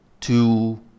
two